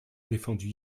défendu